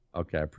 okay